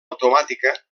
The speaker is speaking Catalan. automàtica